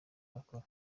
bakora